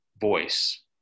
voice